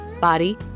body